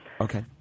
Okay